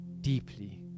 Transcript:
deeply